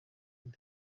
ine